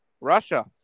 Russia